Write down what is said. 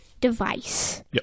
device